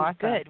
good